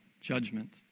judgment